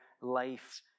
life